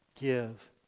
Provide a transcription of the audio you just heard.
give